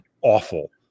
awful